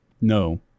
No